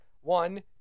One